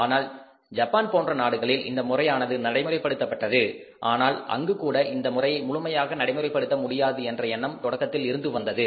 ஆனால் ஜப்பான் போன்ற நாடுகளில் இந்த முறையானது நடைமுறைப்படுத்தப்பட்டது ஆனால் அங்கு கூட இந்த முறையை முழுமையாக நடைமுறைப்படுத்த முடியாது என்ற எண்ணம் தொடக்கத்தில் இருந்து வந்தது